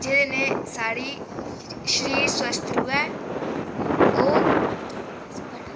जेह्दे ने साढ़ी शरीर स्वस्थ रोऐ ओह्